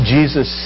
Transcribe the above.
Jesus